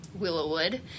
Willowwood